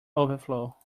overflow